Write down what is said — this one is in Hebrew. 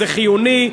זה חיוני,